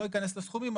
לא אכנס לסכומים,